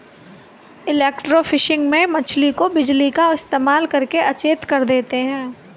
electrofishing में मछली को बिजली का इस्तेमाल करके अचेत कर देते हैं